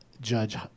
Judge